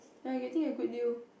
when I getting a good deal